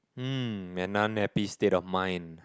um may none happy state of mind